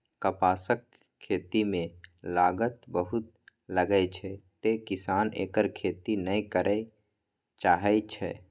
कपासक खेती मे लागत बहुत लागै छै, तें किसान एकर खेती नै करय चाहै छै